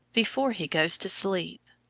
before he goes to sleep.